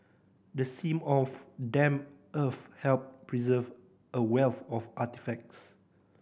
the seam of damp earth helped preserve a wealth of artefacts